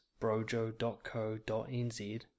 brojo.co.nz